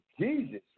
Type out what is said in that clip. Jesus